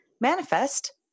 manifest